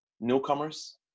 newcomers